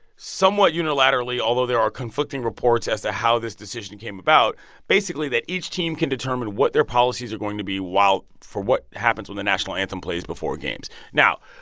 somewhat unilaterally although there are conflicting reports as to how this decision came about basically, that each team can determine what their policies are going to be while for what happens when the national anthem plays before games. now,